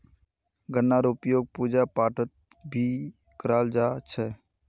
गन्नार उपयोग पूजा पाठत भी कराल जा छे